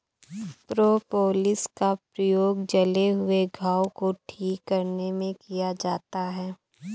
propolis का प्रयोग जले हुए घाव को ठीक करने में किया जाता है